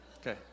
Okay